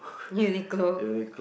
musical